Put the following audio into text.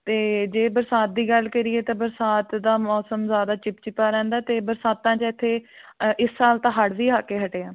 ਅਤੇ ਜੇ ਬਰਸਾਤ ਦੀ ਗੱਲ ਕਰੀਏ ਤਾਂ ਬਰਸਾਤ ਦਾ ਮੌਸਮ ਜ਼ਿਆਦਾ ਚਿਪਚਿਪਾ ਰਹਿੰਦਾ ਅਤੇ ਬਰਸਾਤਾਂ 'ਚ ਇੱਥੇ ਇਸ ਸਾਲ ਤਾਂ ਹੜ੍ਹ ਵੀ ਆ ਕੇ ਹਟਿਆ